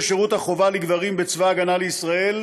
שירות החובה לגברים בצבא ההגנה לישראל.